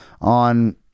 on